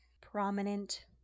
prominent